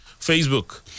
Facebook